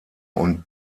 und